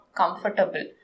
comfortable